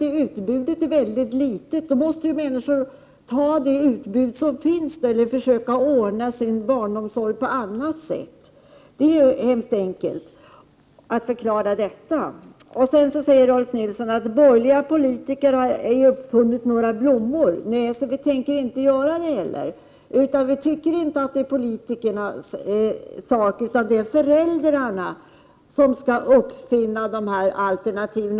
Om utbudet är mycket litet måste ju människor ta det utbud som finns eller försöka ordna sin barnomsorg på annat sätt. Det är mycket enkelt att förklara den saken. Sedan sade Rolf Nilson att borgerliga politiker inte har uppfunnit några blommor. Nej, och vi tänker inte heller göra det. Vi tycker inte att det är politikernas sak utan föräldrarnas. Föräldrarna skall ”uppfinna” alternativen.